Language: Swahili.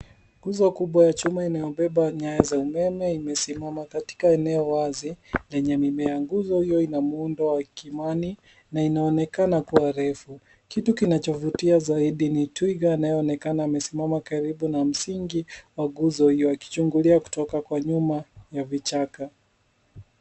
Nguzo kubwa ya chuma inayobeba nyaya za umeme imesimama katika eneo wazi lenye mimea. Nguzo hio ina muundo wa kimani na inaonekana kua refu, kitu kinachovutia zaidini twiga anayeonekana amesimama karibu na msingi wa nguzo hio akichungulia kutoka kwa nyuma ya vichaka.